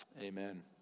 amen